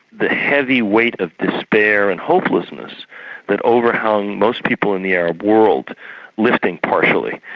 the heavy weight of despair and hopelessness that overhung most people in the arab world listing partially.